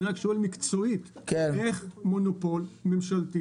אני רק שואל מקצועית איך מונופול ממשלתי